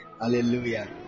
Hallelujah